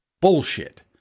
bullshit